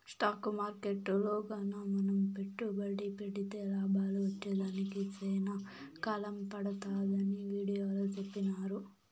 stock మార్కెట్టులో గాన మనం పెట్టుబడి పెడితే లాభాలు వచ్చేదానికి సేనా కాలం పడతాదని వీడియోలో సెప్పినారు